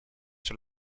sur